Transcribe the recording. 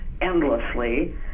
endlessly